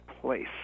place